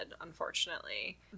unfortunately